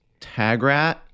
Tagrat